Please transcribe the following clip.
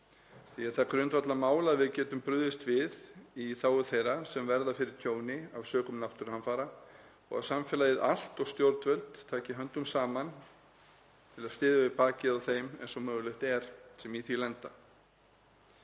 Því er það grundvallarmál að við getum brugðist við í þágu þeirra sem verða fyrir tjóni af sökum náttúruhamfara og að samfélagið allt og stjórnvöld taki höndum saman til að styðja við bakið á þeim eins og mögulegt er sem í því lenda.